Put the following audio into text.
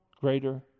greater